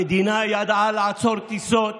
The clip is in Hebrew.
המדינה ידעה לעצור טיסות